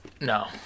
No